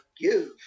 give